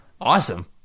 Awesome